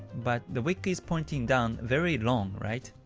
but the wick is pointing down very long, right?